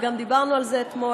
וגם דיברנו על זה אתמול,